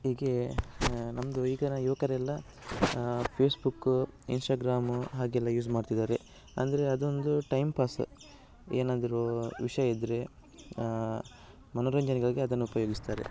ಹೀಗೆ ನಮ್ಮದು ಈಗಿನ ಯುವಕರೆಲ್ಲ ಫೇಸ್ಬುಕ್ ಇನ್ಸ್ಟಾಗ್ರಾಮು ಹಾಗೆಲ್ಲ ಯೂಸ್ ಮಾಡ್ತಿದ್ದಾರೆ ಅಂದರೆ ಅದೊಂದು ಟೈಮ್ ಪಾಸ್ ಏನಾದ್ರೂ ವಿಷಯ ಇದ್ದರೆ ಮನೋರಂಜನೆಗಾಗಿ ಅದನ್ನು ಉಪಯೋಗಿಸ್ತಾರೆ